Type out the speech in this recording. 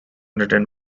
written